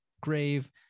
grave